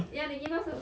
ya they give us a